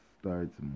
starts